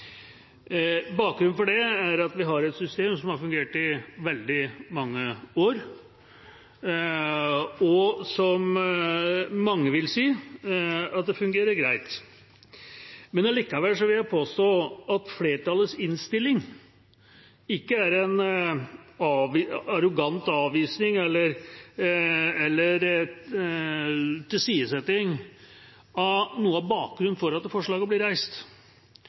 Bakgrunnen for det er at vi har et system som har fungert i veldig mange år, og som mange vil si fungerer greit. Allikevel vil jeg påstå at flertallets innstilling ikke er en arrogant avvisning eller en tilsidesetting av noe av bakgrunnen for at forslaget blir reist,